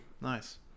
Nice